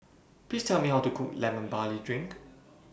Please Tell Me How to Cook Lemon Barley Drink